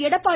Edappadi